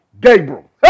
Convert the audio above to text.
Gabriel